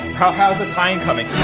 how's the tying coming?